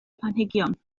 planhigion